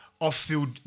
off-field